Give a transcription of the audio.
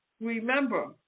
remember